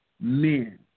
men